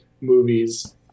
movies